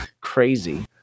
crazy